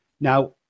Now